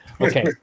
Okay